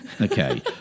Okay